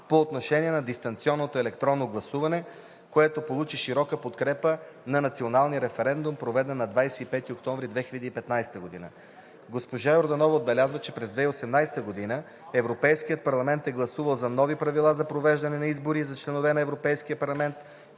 по отношение на дистанционното електронно гласуване, което получи широка подкрепа на националния референдум, проведен на 25 октомври 2015 г. Госпожа Йорданова отбеляза, че през 2018 г. Европейският парламент е гласувал за нови правила за провеждане на избори за членове на Европейския парламент,